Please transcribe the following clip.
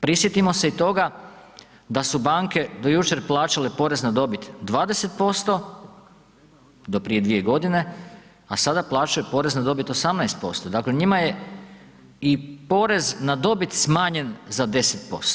Prisjetimo se i toga da su banke do jučer plaćale porez na dobit 20%, do prije 2 godine, a sada plaćaju porez na dobit 18%, dakle njima je i porez na dobit i smanjen za 10%